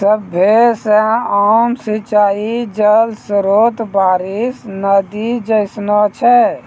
सभ्भे से आम सिंचाई जल स्त्रोत बारिश, नदी जैसनो छै